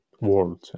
world